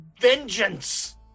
vengeance